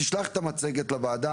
תשלח את המצגת לוועדה,